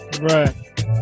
Right